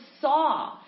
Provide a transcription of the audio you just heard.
saw